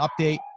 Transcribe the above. update